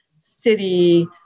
city